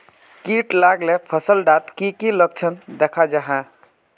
किट लगाले फसल डात की की लक्षण दखा जहा?